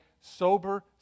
sober